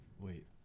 Wait